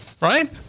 right